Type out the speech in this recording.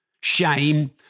shame